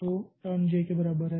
तो turn j के बराबर है